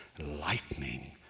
Lightning